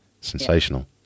Sensational